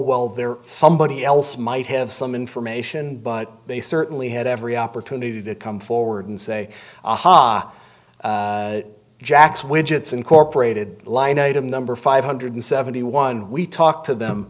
well there somebody else might have some information but they certainly had every opportunity to come forward and say aha jack's widgets incorporated line item number five hundred seventy one we talked to them